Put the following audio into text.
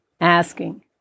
asking